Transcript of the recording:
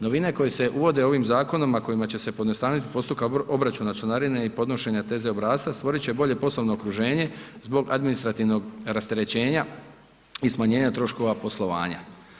Novine koje se uvode ovim zakonom, a kojima će se pojednostaviti postupak obračuna članarine i podnošenja TZ obrasca, stvorit će bolje poslovno okruženje zbog administrativnog rasterećenja i smanjenja troškova poslovanja.